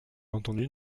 entendu